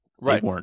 Right